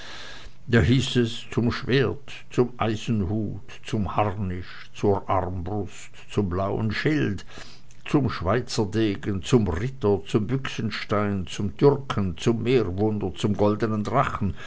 da hieß es zum schwert zum eisenhut zum harnisch zur armbrust zum blauen schild zum schweizerdegen zum ritter zum büchsenstein zum türken zum meerwunder zum goldnen drachen